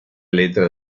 letra